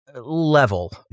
level